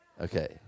Okay